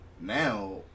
Now